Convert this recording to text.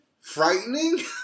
frightening